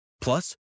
Plus